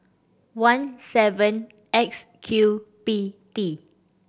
one seven X Q P T